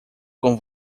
com